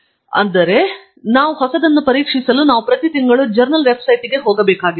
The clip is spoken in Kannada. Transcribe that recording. ಹಾಗಾಗಿ ಅದರಿಂದ ನಾವು ಏನೆಂದರೆ ಹೊಸದನ್ನು ಪರೀಕ್ಷಿಸಲು ನಾವು ಪ್ರತಿ ತಿಂಗಳು ಜರ್ನಲ್ ವೆಬ್ಸೈಟ್ಗೆ ಹೋಗಬೇಕಾಗಿಲ್ಲ